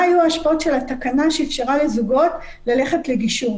היו ההשפעות של התקנה שאפשרה לזוגות ללכת לגישור,